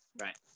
Right